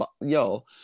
Yo